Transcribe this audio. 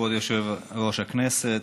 כבוד יושב-ראש הכנסת,